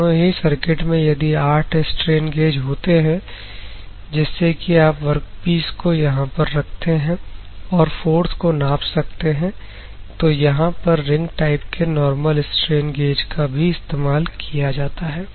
दोनों ही सर्किट में आठ स्ट्रेन गेज होते हैं जिससे कि आप वर्कपीस को यहां पर रखते हैं और फोर्स को नाप सकते हैं तो यहां पर रिंग टाइप के नॉर्मल स्ट्रेन गेज का भी इस्तेमाल किया जाता है